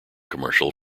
commercial